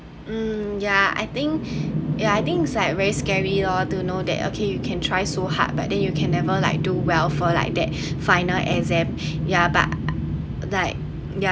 um yeah I think yeah I think is like very scary lor do know that okay you can try so hard but then you can never like do well for like that final exam ya but like ya